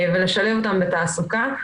ולשלב אותם בתעסוקה.